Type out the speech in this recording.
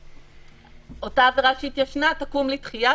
אותה עבירה שהתיישנה תקום לתחייה,